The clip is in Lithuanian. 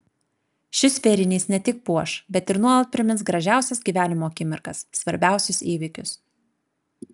šis vėrinys ne tik puoš bet ir nuolat primins gražiausias gyvenimo akimirkas svarbiausius įvykius